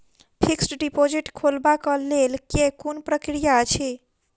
Fixed deposit खोलबाक लेल केँ कुन प्रक्रिया अछि?